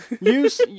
use